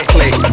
Click